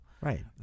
right